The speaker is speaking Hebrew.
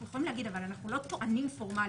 אנחנו יכולים להגיד אבל אנחנו לא טוענים פורמאלית.